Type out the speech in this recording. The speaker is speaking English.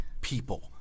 people